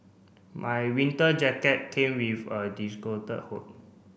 my winter jacket came with a hood